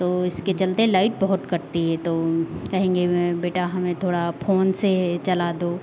तो इसके चलते लाइट बहुत कटती है तो कहेंगे वे बेटा हमें थोड़ा फोन से चला दो